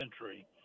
century